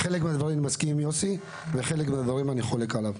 עם חלק מהדברים אני מסכים עם יוסי ועם חלק מהדברים אני חולק עליו.